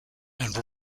and